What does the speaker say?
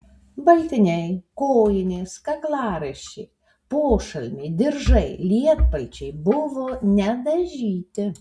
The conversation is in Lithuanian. baltiniai kojinės kaklaraiščiai pošalmiai diržai lietpalčiai buvo nedažyti